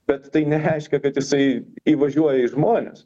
bet tai nereiškia kad jisai įvažiuoja į žmones